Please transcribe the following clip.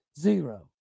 zero